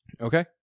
Okay